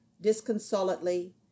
disconsolately